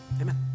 Amen